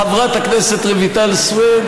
חברת הכנסת רויטל סויד,